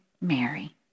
Mary